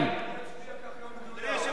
אדוני היושב-ראש,